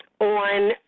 on